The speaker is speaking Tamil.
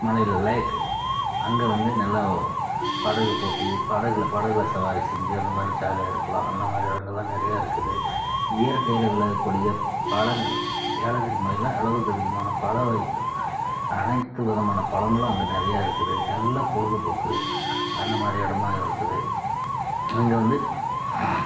மலை லேக் அங்கே வந்து நல்லா படகு போட்டி படகில் படகில் சவாரி செஞ்சு அந்தமாதிரி ஜாலியாக இருக்கலாம் அந்தமாதிரி இடங்கள்லாம் நிறையா இருக்குது இயற்கையில் விளைய கூடிய பழங்கள் ஏலகிரி மலையில் அளவுக்கு அதிகமான பழ வகைகள் அனைத்து விதமான பழங்களும் அங்கே நிறையா இருக்குது நல்ல பொழுதுபோக்கு அந்தமாதிரி இடமாக இருக்குது அங்கே வந்து